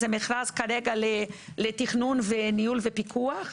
זה כרגע מכרז לתכנון, ניהול ופיקוח.